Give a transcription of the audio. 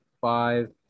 five